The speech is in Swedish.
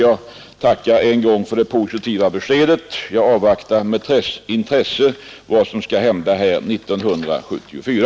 Jag tackar än en gång för det positiva beskedet i frågan. Jag avvaktar med intresse vad som skall hända 1974.